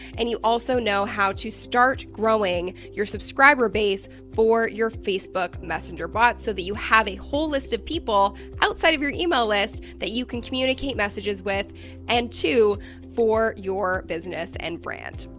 and you also know how to start growing your subscriber base for your facebook messenger bots so that you have a whole list of people outside of your email list that you can communicate messages with and to for your business and brand.